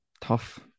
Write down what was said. tough